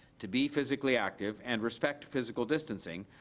to be physically active and respect physical distancing,